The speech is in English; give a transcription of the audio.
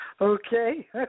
Okay